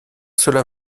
cela